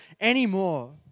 anymore